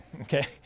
Okay